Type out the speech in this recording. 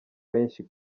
benshi